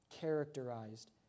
characterized